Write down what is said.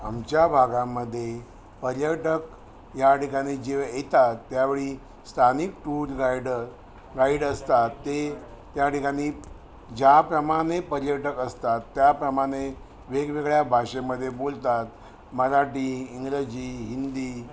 आमच्या भागामध्ये पर्यटक या ठिकाणी जेव्हा येतात त्यावेळी स्थानिक टूर गाईड गाईड असतात ते त्या ठिकाणी ज्याप्रमाणे पर्यटक असतात त्याप्रमाणे वेगवेगळ्या भाषेमध्ये बोलतात मराठी इंग्रजी हिंदी